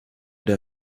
der